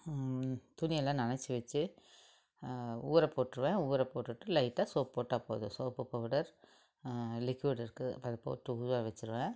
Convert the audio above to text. துணியெல்லாம் நனைச்சி வச்சி ஊறப்போட்டிருவேன் ஊறப்போட்டுட்டு லைட்டாக சோப் போட்டால் போதும் சோப்பு பௌடர் லிக்யூடு இருக்குது அதை போட்டு ஊற வச்சிருவேன்